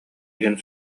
иһин